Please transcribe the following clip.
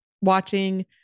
watching